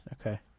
Okay